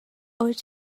اوج